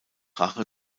rache